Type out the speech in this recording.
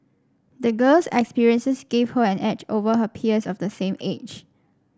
the girl's experiences gave her an edge over her peers of the same age